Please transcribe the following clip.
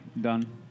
done